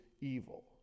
evil